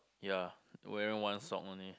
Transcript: ya wearing one sock only